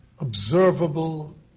observable